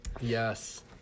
Yes